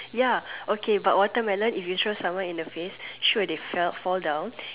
ya okay but watermelon if you throw someone in the face sure they fell fall down